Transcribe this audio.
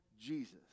Jesus